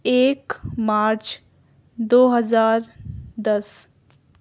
ایک مارچ دو ہزار دس